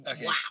wow